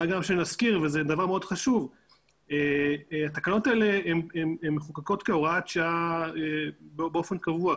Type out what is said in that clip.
נזכיר דבר מאוד חשוב והוא שהתקנות האלה מחוקקות כהוראת שעה באופן קבוע.